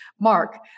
Mark